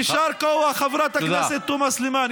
יישר כוח, חברת הכנסת תומא סלימאן.